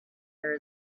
there